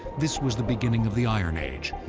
this was the beginning of the iron age,